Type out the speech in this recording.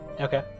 Okay